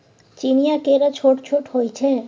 चीनीया केरा छोट छोट होइ छै